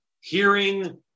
hearing